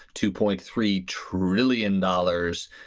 two point three trillion dollars.